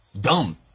dumb